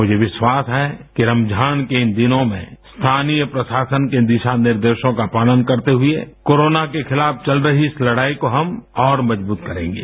मुझे विश्वास है कि रमजान को इन दिनों में स्थानीय प्रशासन के दिशा निर्देशों का पालन करते हुए कोरोना के खिलाफ चल रही इस लड़ाई को हम और मजबूत करेंगे